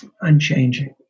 unchanging